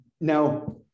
Now